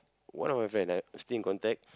one of my friend I still in contact